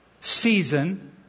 season